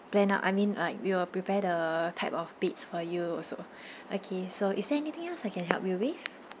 plan out I mean like we will prepare the type of beds for you also okay so is there anything else I can help you with